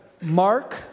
Mark